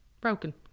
Broken